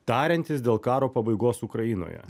tariantis dėl karo pabaigos ukrainoje